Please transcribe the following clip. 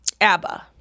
ABBA